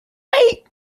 wait